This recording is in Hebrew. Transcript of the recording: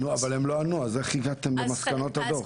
אבל הם לא ענו, אז איך הגעתם למסקנות הדוח?